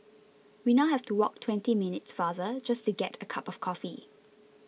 we now have to walk twenty minutes farther just to get a cup of coffee